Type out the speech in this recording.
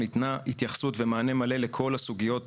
ניתנה התייחסות ומענה מלא לכל הסוגיות